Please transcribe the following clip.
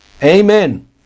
Amen